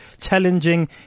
challenging